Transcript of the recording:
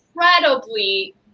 incredibly